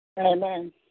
Amen